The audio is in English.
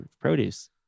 Produce